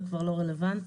זה כבר לא רלוונטי.